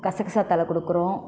கசக்கசா தழை கொடுக்கறோம்